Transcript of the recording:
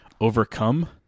overcome